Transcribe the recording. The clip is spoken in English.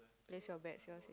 place your bags here